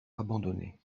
abandonné